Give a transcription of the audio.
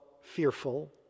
fearful